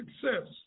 success